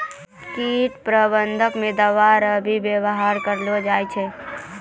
कीट प्रबंधक मे दवाइ रो भी वेवहार करलो जाय छै